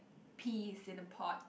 peas in a pot